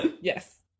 yes